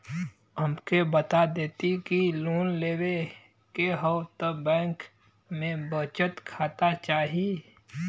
हमके बता देती की लोन लेवे के हव त बैंक में बचत खाता चाही?